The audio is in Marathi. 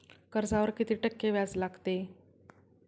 कर्जावर किती टक्के व्याज लागते?